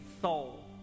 soul